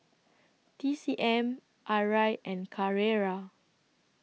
T C M Arai and Carrera